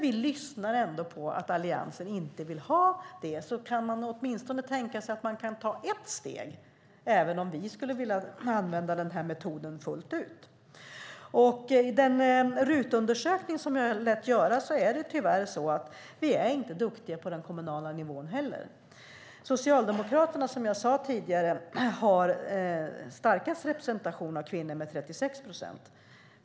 Vi hör att Alliansen inte vill ha det. Kan man åtminstone tänka sig att ta ett steg, även om vi skulle vilja använda metoden fullt ut? Den RUT-undersökning som jag lät göra visar att vi tyvärr inte är duktiga på den kommunala nivån heller. Socialdemokraterna har, som jag sade tidigare, starkast representation av kvinnor med 36 procent.